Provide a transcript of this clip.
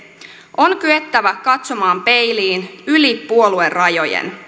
on kyettävä katsomaan peiliin yli puoluerajojen